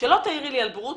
שלא תעירי לי על בורות,